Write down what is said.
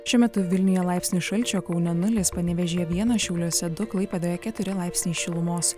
šiuo metu vilniuje laipsnis šalčio kaune nulis panevėžyje vienas šiauliuose du klaipėdoje keturi laipsniai šilumos